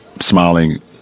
smiling